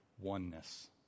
Oneness